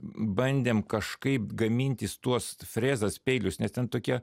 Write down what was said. bandėm kažkaip gamintis tuos frezas peilius nes ten tokia